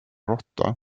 råtta